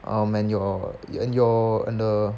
um and your and your and the